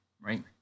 right